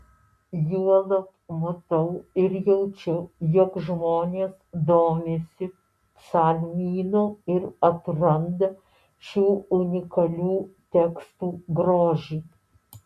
juolab matau ir jaučiu jog žmonės domisi psalmynu ir atranda šių unikalių tekstų grožį